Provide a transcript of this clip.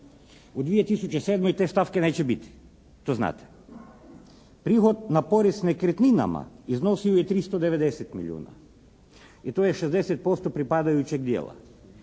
U 2007. te stavke neće biti. To znate. Prihod na porez nekretninama iznosio je 390 milijuna. I tu je 60% pripadajućeg dijela.